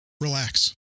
Relax